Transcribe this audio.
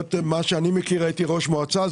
הייתי ראש מועצה,